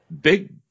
big